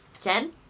Jen